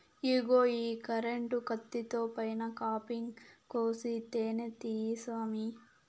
ఇగో ఈ కరెంటు కత్తితో పైన కాపింగ్ కోసి తేనే తీయి సామీ